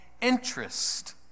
interest